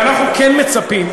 ואנחנו כן מצפים,